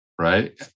right